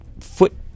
foot